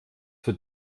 für